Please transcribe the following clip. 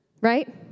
right